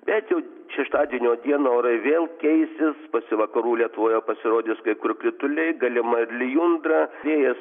bet jau šeštadienio dieną orai vėl keisis pasi vakarų lietuvoje pasirodys kai kur krituliai galima ir lijundra vėjas